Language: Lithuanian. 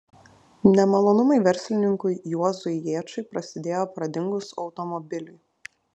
nemalonumai verslininkui juozui jėčiui prasidėjo pradingus automobiliui